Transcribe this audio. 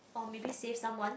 or maybe save someone